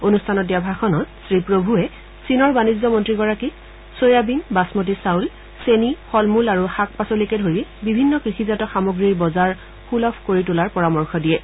অনুষ্ঠানত দিয়া ভাষণত শ্ৰীপ্ৰভূৱে চীনৰ বাণিজ্য মন্ত্ৰীগৰাকীক ছয়াবিন বাচমতি চাউল চেনী ফল মূল আৰু শাক পাচলিকে ধৰি বিভিন্ন কৃষিজাত সামগ্ৰী বজাৰসূলভ কৰিব তোলাৰ পৰামৰ্শ দিয়ে